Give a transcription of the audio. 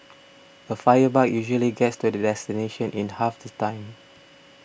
a fire bike usually gets to the destination in half the time